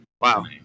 Wow